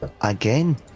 again